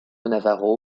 navarro